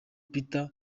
peter